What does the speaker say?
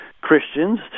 Christians